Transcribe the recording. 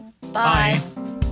Bye